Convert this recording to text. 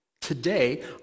Today